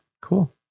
Cool